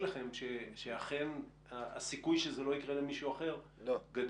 לכם שאכן הסיכוי שזה לא יקרה למישהו אחר גדל.